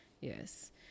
Yes